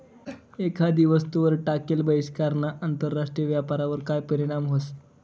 एखादी वस्तूवर टाकेल बहिष्कारना आंतरराष्ट्रीय व्यापारवर काय परीणाम व्हस?